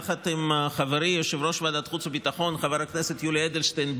יחד עם חברי יו"ר ועדת החוץ והביטחון חבר הכנסת יולי אדלשטיין,